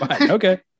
Okay